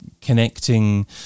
connecting